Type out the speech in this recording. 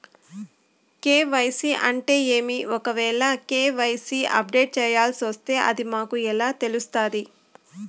KYC అంటే ఏమి? ఒకవేల కె.వై.సి అప్డేట్ చేయాల్సొస్తే అది మాకు ఎలా తెలుస్తాది?